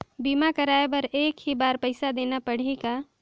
बीमा कराय बर एक ही बार पईसा देना पड़ही का?